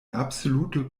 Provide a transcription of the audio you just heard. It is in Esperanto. absolute